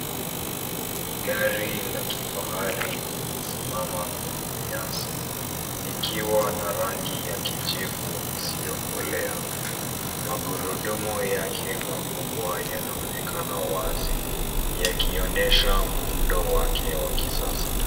Gari la kifahari limesimama kwenye nyasi likiwa na rangi ya kijivu isiyokolea. Magurudumu yake makubwa yanaonekana wazi yakionyesha muudo wake wa kisasa.